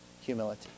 humility